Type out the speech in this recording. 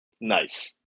Nice